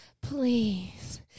please